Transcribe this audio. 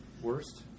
worst